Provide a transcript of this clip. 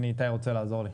הנה איתי רוצה לעזור לי.